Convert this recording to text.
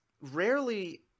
rarely